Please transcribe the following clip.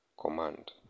Command